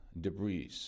Debris